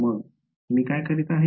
मग मी काय करीत आहे